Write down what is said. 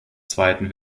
zweiten